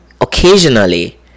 occasionally